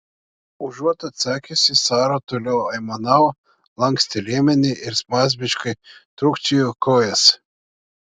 užuot atsakiusi sara toliau aimanavo lankstė liemenį ir spazmiškai trūkčiojo kojas